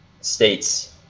states